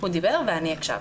הוא דיבר ואני הקשבתי.